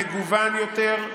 הוא חושב שאנחנו מטומטמים.